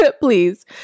please